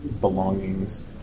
belongings